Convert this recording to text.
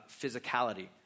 physicality